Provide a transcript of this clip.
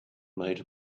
made